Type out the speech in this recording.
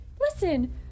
listen